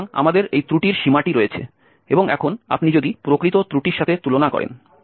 সুতরাং আমাদের এই ত্রুটির সীমাটি রয়েছে এবং এখন আপনি যদি প্রকৃত ত্রুটির সাথে তুলনা করেন